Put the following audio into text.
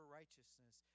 righteousness